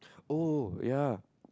oh ya